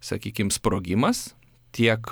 sakykim sprogimas tiek